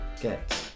Get